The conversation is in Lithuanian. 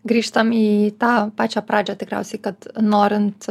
grįžtam į tą pačią pradžią tikriausiai kad norint